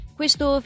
questo